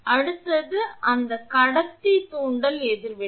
அடுத்தது அந்த கடத்தி தூண்டல் எதிர்வினை